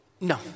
no